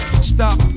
Stop